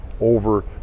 over